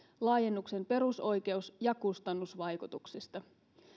laajennuksen perusoikeus ja kustannusvaikutuksista